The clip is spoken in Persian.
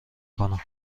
کنم